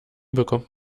bekommt